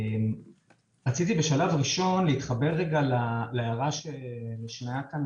רציתי בשלב ראשון להתחבר להערה שנשמעה כאן